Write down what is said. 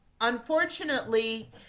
Unfortunately